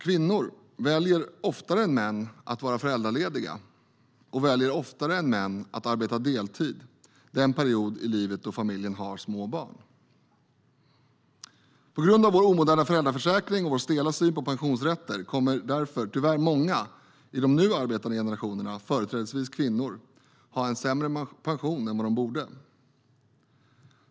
Kvinnor väljer oftare än män att vara föräldralediga, och de väljer oftare än män att arbeta deltid under den period i livet då familjen har små barn. På grund av vår omoderna föräldraförsäkring och vår stela syn på pensionsrätter kommer därför många i de nu arbetande generationerna, företrädesvis kvinnor, att tyvärr ha en sämre pension än de borde.